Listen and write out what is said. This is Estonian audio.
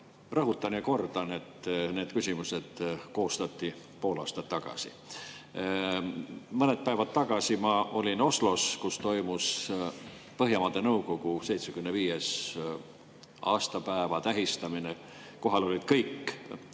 rõhutan ja kordan, et need küsimused koostati pool aastat tagasi. Mõned päevad tagasi ma olin Oslos, kus toimus Põhjamaade Nõukogu 75. aastapäeva tähistamine. Kohal olid kõik